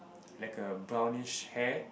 like a brownish hair